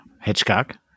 Hitchcock